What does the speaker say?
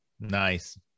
Nice